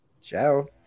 Ciao